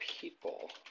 people